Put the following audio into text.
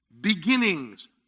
beginnings